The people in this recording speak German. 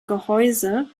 gehäuse